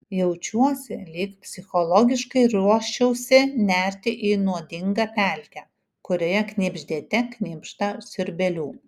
jaučiuosi lyg psichologiškai ruoščiausi nerti į nuodingą pelkę kurioje knibždėte knibžda siurbėlių